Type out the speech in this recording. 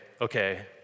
okay